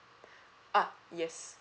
uh yes